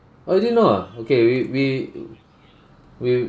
oh you didn't know ah okay we we we